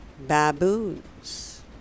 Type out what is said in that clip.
baboons